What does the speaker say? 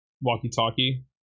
Walkie-talkie